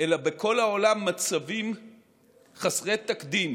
אלא בכל העולם מצבים חסרי תקדים